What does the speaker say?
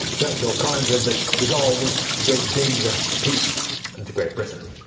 churchill commented that de gaulle was a great danger for peace and to great britain